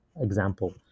example